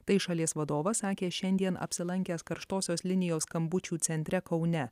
tai šalies vadovas sakė šiandien apsilankęs karštosios linijos skambučių centre kaune